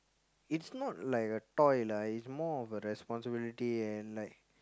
it's not like a toy lah it's more of a responsibility and like